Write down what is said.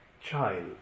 child